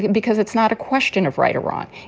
because it's not a question of right or wrong.